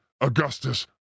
Augustus